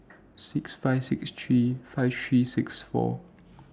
six five six three five three six four